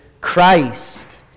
Christ